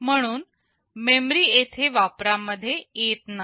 म्हणून मेमरी येथे वापरा मध्ये येत नाही